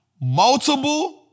Multiple